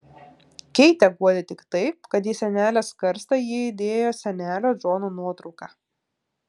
keitę guodė tik tai kad į senelės karstą ji įdėjo senelio džono nuotrauką